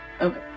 Okay